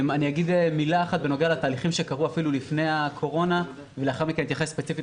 מילה בנוגע לתהליכים שקרו עוד לפני הקורונה ואחר כך אתייחס ספציפית